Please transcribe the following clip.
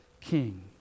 king